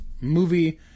movie